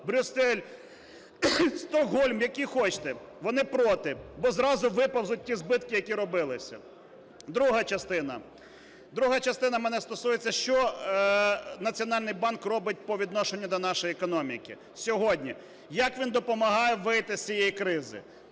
Брюссель, Стокгольм, які хочете. Вони проти, бо зразу виповзуть ті збитки, які робилися. Друга частина. Друга частина моя стосується, що Національний банк робить по відношенню до нашої економіки сьогодні, Як він допомагає вийти з цієї кризи.